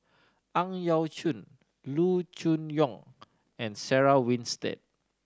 Ang Yau Choon Loo Choon Yong and Sarah Winstedt